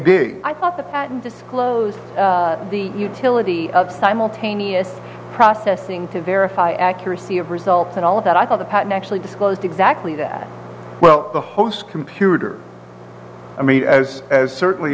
conservative i thought the patent disclosed the utility of simultaneous processing to verify accuracy of results and all of that i thought the patent actually disclosed exactly that well the host computer i mean as as certainly